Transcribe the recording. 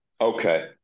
Okay